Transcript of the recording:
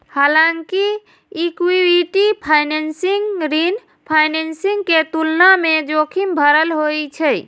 हालांकि equity financing ऋण financing के तुलना मे जोखिम भरल होइ छै